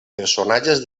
personatges